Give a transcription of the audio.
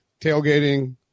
tailgating